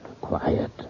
Quiet